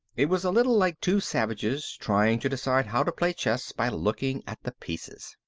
it was a little like two savages trying to decide how to play chess by looking at the pieces.